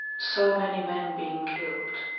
so many men being killed,